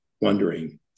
wondering